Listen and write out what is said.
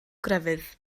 grefydd